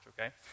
okay